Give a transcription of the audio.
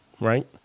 right